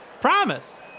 Promise